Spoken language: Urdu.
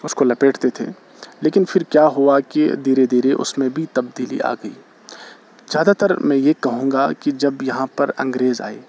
اس کو لپیٹتے تھے لیکن پھر کیا ہوا کہ دھیرے دھیرے اس میں بھی تبدیلی آ گئی زیادہ تر میں یہ کہوں گا کہ جب یہاں پر انگریز آئے